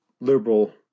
liberal